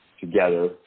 together